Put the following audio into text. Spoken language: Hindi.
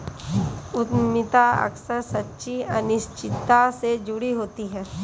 उद्यमिता अक्सर सच्ची अनिश्चितता से जुड़ी होती है